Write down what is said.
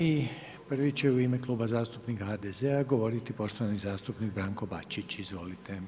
I prvi će u ime Kluba zastupnika HDZ-a govoriti poštovani zastupnik Branko Bačić, izvolite.